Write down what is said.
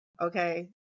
Okay